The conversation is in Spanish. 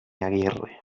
aguirre